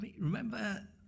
remember